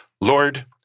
Lord